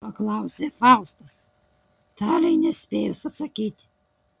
paklausė faustas talei nespėjus atsakyti